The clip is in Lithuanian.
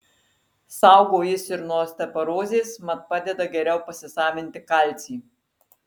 saugo jis ir nuo osteoporozės mat padeda geriau pasisavinti kalcį